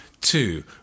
two